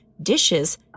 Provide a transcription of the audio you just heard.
Dishes